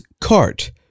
cart